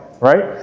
right